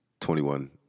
21